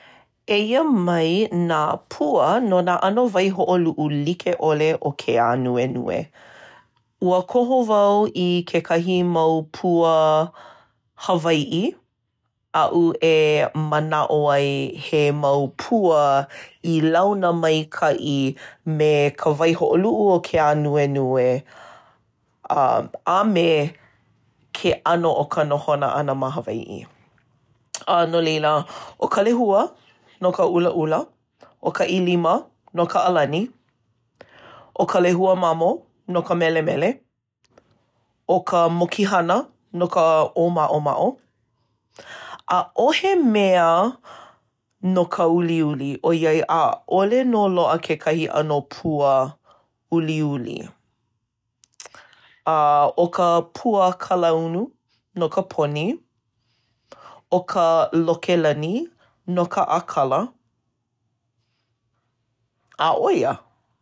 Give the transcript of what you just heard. Eia mai nā pua no nā ʻano waihoʻoluʻu like ʻole o ke ānuenue. Ua koho wau i kekahi mau pua Hawaiʻi aʻu e manaʻo ai he mau pua i launa maikaʻi me ka waihoʻoluʻu o ke ānuenue a me ke ʻano o ka nohona ʻana ma Hawaiʻi. A no laila, ʻo ka lehua, no ka ʻulaʻula. ʻO ka ʻilima, no ka ʻalani. ʻO ka lehua mamo, no ka melemele. ʻO ka mokihana, no ka ʻōmaʻomaʻo. ʻAʻohe mea no ka uliuli, ʻoiai ʻaʻole nō loaʻa kekahi ʻano pua uliuli. ʻO ka pua kalaunu, no ka poni. ʻO ka lokelani no ka ʻākala. ʻĀ ʻo ia.